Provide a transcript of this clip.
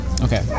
Okay